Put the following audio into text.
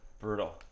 brutal